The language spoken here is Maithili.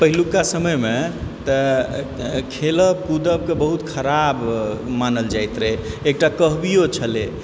पहिलुका समयमे तऽ खेलब कूदबके बहुत खराब मानल जाइत रहय एकटा कहबिओ छलय